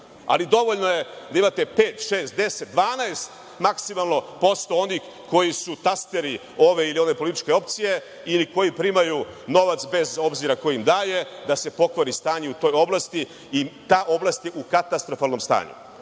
ali dovoljno je da imate pet, šest, 10, 12 maksimalno posto onih koji su tasteri ove ili one političke opcije ili koji primaju novac, bez obzira ko im daje, da se pokvari stanje u toj oblasti i ta oblast je u katastrofalnom stanju.